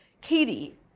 Katie